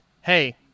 hey